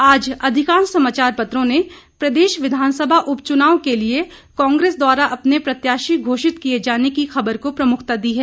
आज अधिकांश समाचार पत्रों ने प्रदेश विधानसभा उप चुनाव के लिए कांग्रेस द्वारा अपने प्रत्याशी घोषित किए जाने की खबर को प्रमुखता दी है